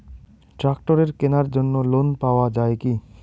ট্রাক্টরের কেনার জন্য লোন পাওয়া যায় কি?